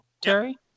Terry